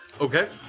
Okay